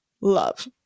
love